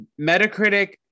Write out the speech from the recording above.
Metacritic